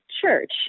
church